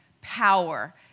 power